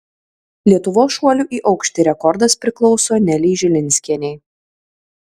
lietuvos šuolių į aukštį rekordas priklauso nelei žilinskienei